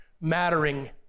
mattering